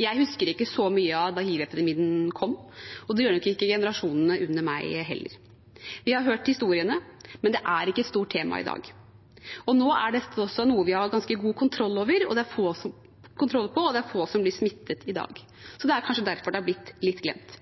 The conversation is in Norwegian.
Jeg husker ikke så mye av da hivepidemien kom, og det gjør nok ikke generasjonene under meg heller. Vi har hørt historiene, men det er ikke et stort tema i dag. Nå er det også noe vi har ganske god kontroll på, og det er få som blir smittet i dag, så det er kanskje derfor det har blitt litt glemt.